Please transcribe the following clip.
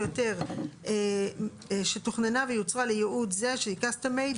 יותר שתוכננה ויוצרה לייעוד זה (CUSTOM-MADE),